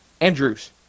Andrews